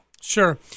Sure